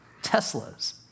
Tesla's